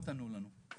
700 ענו לנו.